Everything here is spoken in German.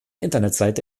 internetseite